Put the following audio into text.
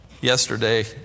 Yesterday